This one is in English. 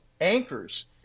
anchors